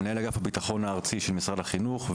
מנהל אגף הבטחון הארצי של משרד החינוך,